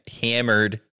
Hammered